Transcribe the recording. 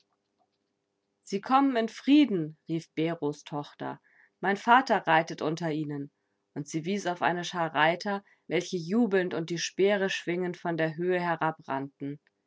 sie kommen in frieden rief beros tochter mein vater reitet unter ihnen und sie wies auf eine schar reiter welche jubelnd und die speere schwingend von der höhe